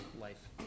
life